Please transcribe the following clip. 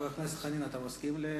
חבר הכנסת חנין, אתה מסכים?